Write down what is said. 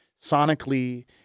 Sonically